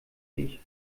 ich